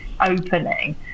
opening